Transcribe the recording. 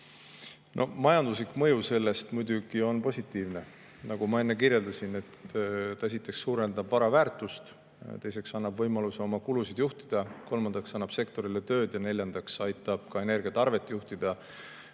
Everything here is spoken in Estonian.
Majanduslik mõju muidugi on positiivne, nagu ma enne kirjeldasin. Esiteks suurendab see vara väärtust, teiseks annab võimaluse oma kulusid juhtida, kolmandaks annab sektorile tööd ja neljandaks aitab juhtida ka energiatarvet võrkude